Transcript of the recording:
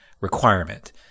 requirement